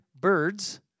birds